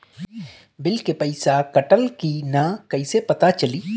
Bill के पइसा कटल कि न कइसे पता चलि?